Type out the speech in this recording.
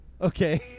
okay